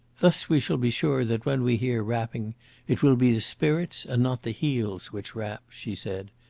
thus we shall be sure that when we hear rapping it will be the spirits, and not the heels, which rap, she said.